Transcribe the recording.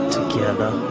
Together